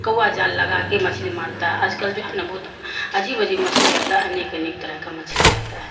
کووا جال لگا کے مچھلی مارتا ہے آج کل جو ہے نا بہت عجیب عجیب مچھلی آتا ہے انیک انیک طرح کا مچھلی آتا ہے